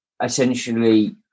essentially